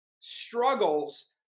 struggles